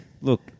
Look